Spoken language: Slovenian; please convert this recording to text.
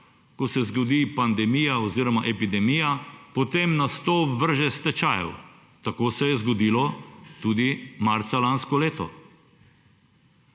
ko se zgodi pandemija oziroma epidemija, potem nas to vrže s tečajev, tako se je zgodilo tudi marca lansko leto.